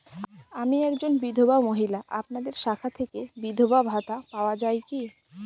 আমি একজন বিধবা মহিলা আপনাদের শাখা থেকে বিধবা ভাতা পাওয়া যায় কি?